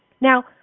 Now